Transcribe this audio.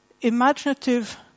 imaginative